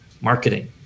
marketing